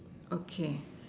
okay